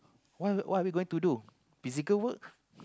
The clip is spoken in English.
what are we what are we going to do physical work